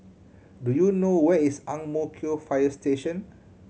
do you know where is Ang Mo Kio Fire Station